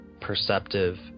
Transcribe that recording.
perceptive